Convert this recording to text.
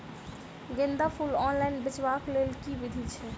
गेंदा फूल ऑनलाइन बेचबाक केँ लेल केँ विधि छैय?